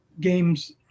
games –